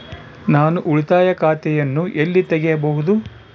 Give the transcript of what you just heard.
ನಾನು ಉಳಿತಾಯ ಖಾತೆಯನ್ನು ಎಲ್ಲಿ ತೆರೆಯಬಹುದು?